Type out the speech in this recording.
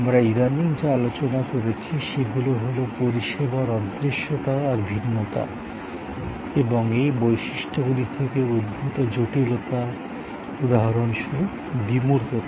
আমরা ইদানীং যা আলোচনা করেছি সেগুলি হল পরিষেবার অদৃশ্যতা আর ভিন্নতা এবং এই বৈশিষ্ট্যগুলি থেকে উদ্ভূত জটিলতা উদাহরণ স্বরূপ বিমূর্ততা